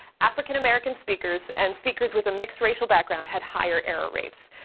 african-american speakers, and speakers with a mixed racial background had higher error rates.